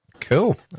cool